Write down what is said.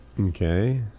Okay